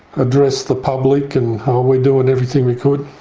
address the public and oh, we're doing everything we could,